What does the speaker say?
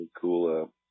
cool